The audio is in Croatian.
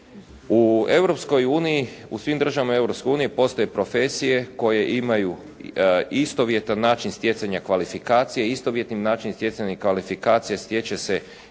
U svim državama Europske unije postoje profesije koje imaju istovjetan način stjecanja kvalifikacije, istovjetnim načinom stjecanja kvalifikacije stječe se